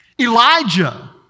Elijah